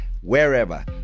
wherever